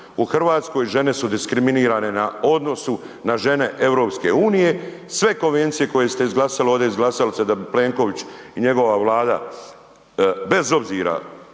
U Hrvatskoj žene su diskriminirane u odnosu na žene EU, sve konvencije koje ste izglasali ovdje, izglasali ste da bi Plenković i njegova Vlada bez obzira